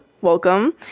welcome